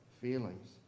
feelings